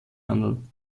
handeln